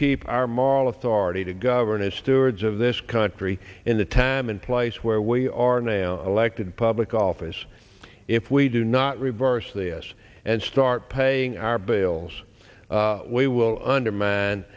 keep our moral authority to govern as stewards of this country in the time and place where we are now aleck to public office if we do not reverse the us and start paying our bills we will undermine